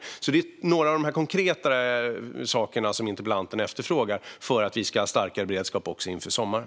Detta var några av de konkreta saker som interpellanten efterfrågade för att vi ska ha starkare beredskap inför sommaren.